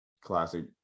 classic